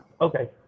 Okay